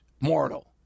mortal